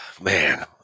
Man